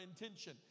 intention